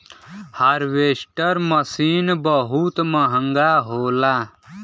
harvester machine बहुत महंगा होला